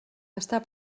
està